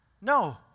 No